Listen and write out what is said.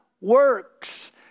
works